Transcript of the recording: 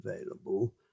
available